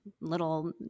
little